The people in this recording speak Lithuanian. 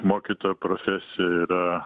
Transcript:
mokytojo profesija yra